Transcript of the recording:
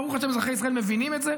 ברוך השם, אזרחי ישראל מבינים את זה.